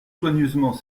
soigneusement